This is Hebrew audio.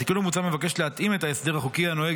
התיקון המוצע מבקש להתאים את ההסדר החוקי הנוהג